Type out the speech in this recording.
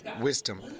wisdom